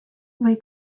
või